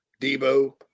Debo